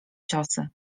ciosy